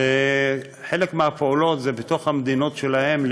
חלק מהפעולות הן בתוך המדינות שלהם,